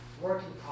working